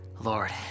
Lord